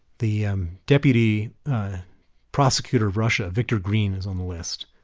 the deputy prosecutor of russia, viktor grin, is on the list.